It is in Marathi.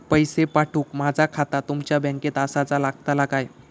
पैसे पाठुक माझा खाता तुमच्या बँकेत आसाचा लागताला काय?